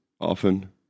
often